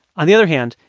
on the other hand,